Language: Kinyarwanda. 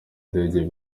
indege